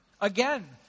again